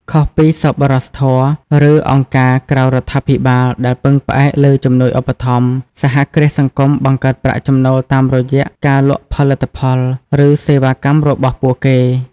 ខុសពីសប្បុរសធម៌ ឬអង្គការក្រៅរដ្ឋាភិបាលដែលពឹងផ្អែកលើជំនួយឧបត្ថម្ភ សហគ្រាសសង្គមបង្កើតប្រាក់ចំណូលតាមរយៈការលក់ផលិតផល ឬសេវាកម្មរបស់ពួកគេ ។